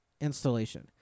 installation